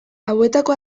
hauetako